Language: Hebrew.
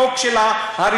החוק של ההריסות,